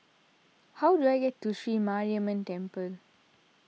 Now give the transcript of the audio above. how do I get to Sri Mariamman Temple